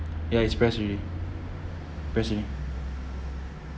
ya it's pressed already pressed already